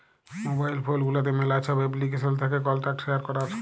mobile phone গুলাতে ম্যালা ছব এপ্লিকেশল থ্যাকে কল্টাক্ট শেয়ার ক্যরার